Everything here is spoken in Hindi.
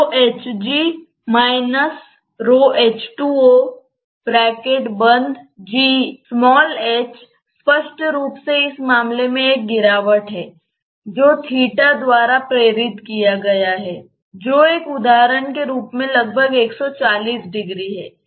h स्पष्ट रूप से इस मामले में एक गिरावट है जो इस थीटा द्वारा प्रेरित किया गया है जो एक उदाहरण के रूप में लगभग 1400 है